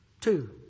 Two